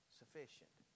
sufficient